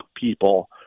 people